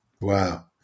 Wow